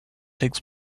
takes